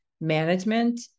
management